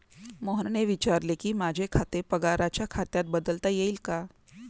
मोहनने विचारले की, माझे खाते पगाराच्या खात्यात बदलता येईल का